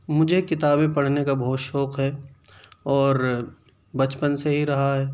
مجھے کتابیں پڑھنے کا بہت شوق ہے اور بچپن سے ہی رہا ہے